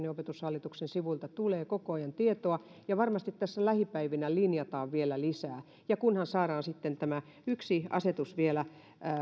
ja opetushallituksen sivuilta tulee koko ajan tietoa ja varmasti tässä lähipäivinä linjataan vielä lisää kunhan saadaan tämä yksi asetus vielä